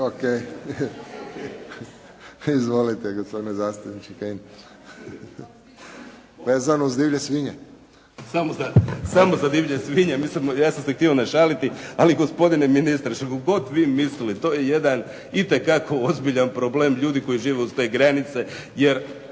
**Kajin, Damir (IDS)** Samo za, samo za divlje svinje. Mislim ja sam se htio našaliti. Ali gospodine ministre što god vi mislili to je jedan itekako ozbiljan problem. Ljudi koji žive uz te granice, jer